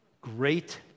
Great